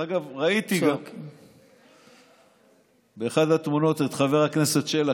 דרך אגב, ראיתי באחת התמונות את חבר הכנסת שלח.